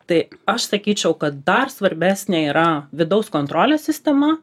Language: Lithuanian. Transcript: tai aš sakyčiau kad dar svarbesnė yra vidaus kontrolės sistema